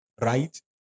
right